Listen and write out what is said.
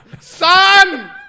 Son